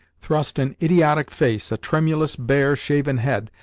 thrust an idiotic face, a tremulous, bare, shaven head,